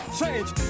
change